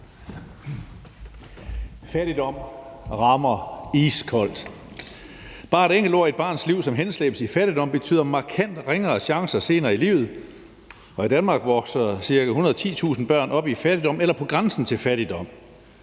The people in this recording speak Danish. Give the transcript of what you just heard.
Fattigdom rammer iskoldt. Bare et enkelt år i et barns liv, som henslæbes i fattigdom, betyder markant ringere chancer senere i livet, og i Danmark vokser ca. 110.000 børn op i fattigdom eller på grænsen til fattigdom.